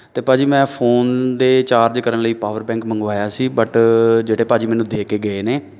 ਅਤੇ ਭਾਅ ਜੀ ਮੈਂ ਫੋਨ ਦੇ ਚਾਰਜ ਕਰਨ ਲਈ ਪਾਵਰ ਬੈਂਕ ਮੰਗਵਾਇਆ ਸੀ ਬਟ ਜਿਹੜੇ ਭਾਅ ਜੀ ਮੈਨੂੰ ਦੇ ਕੇ ਗਏ ਨੇ